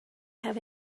have